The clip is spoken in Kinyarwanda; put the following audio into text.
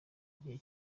gihe